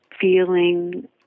feeling